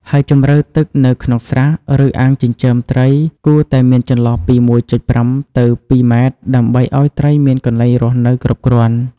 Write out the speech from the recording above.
ហើយជម្រៅទឹកនៅក្នុងស្រះ ឬអាងចិញ្ចឹមត្រីគួរតែមានចន្លោះពី ១.៥ ទៅ ២ ម៉ែត្រ ដើម្បីឲ្យត្រីមានកន្លែងរស់នៅគ្រប់គ្រាន់។